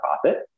profit